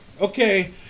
Okay